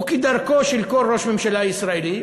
וכדרכו של כל ראש ממשלה ישראלי,